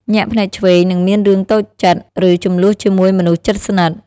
ញាក់ភ្នែកឆ្វេង នឹងមានរឿងតូចចិត្ត ឬជម្លោះជាមួយមនុស្សជិតស្និទ្ធ។